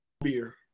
beer